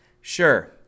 sure